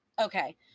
Okay